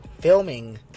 filming